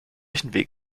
rechenweg